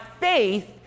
faith